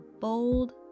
bold